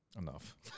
Enough